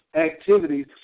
activities